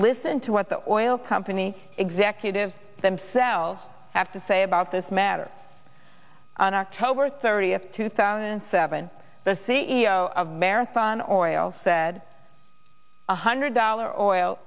listen to what the oil company executives themselves have to say about this matter on october thirtieth two thousand and seven the c e o of marathon oriel said one hundred dollar oil